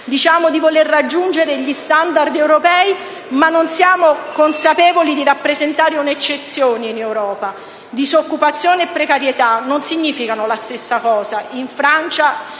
Diciamo di voler raggiungere gli *standard* europei, ma non siamo consapevoli di rappresentare un'eccezione in Europa: disoccupazione e precarietà non significano la stessa cosa in Francia,